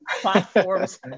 platforms